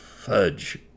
Fudge